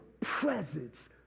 presence